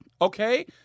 Okay